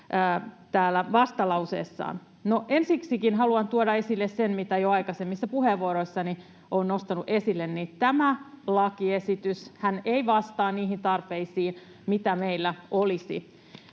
vastalauseessaan. Ensiksikin haluan tuoda esille sen, mitä jo aikaisemmissa puheenvuoroissani olen nostanut esille, että tämä lakiesityshän ei vastaa niihin tarpeisiin, mitä meillä olisi.